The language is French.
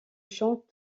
champ